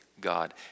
God